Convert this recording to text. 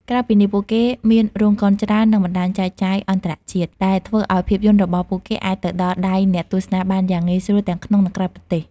ក្រៅពីនេះ ពួកគេមានរោងកុនច្រើន និងបណ្តាញចែកចាយអន្តរជាតិ ដែលធ្វើឲ្យភាពយន្តរបស់ពួកគេអាចទៅដល់ដៃអ្នកទស្សនាបានយ៉ាងងាយស្រួលទាំងក្នុង និងក្រៅប្រទេស។